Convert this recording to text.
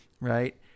Right